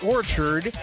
Orchard